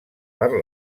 per